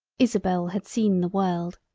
isabel had seen the world.